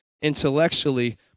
intellectually